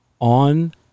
on